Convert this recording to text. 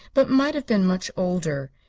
but might have been much older.